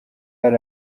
hari